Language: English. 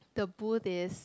the booth is